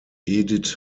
edith